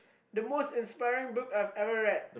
the most inspiring book I've ever read